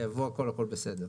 תייבאו הכול והכול בסדר,